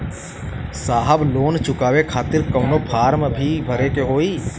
साहब लोन चुकावे खातिर कवनो फार्म भी भरे के होइ?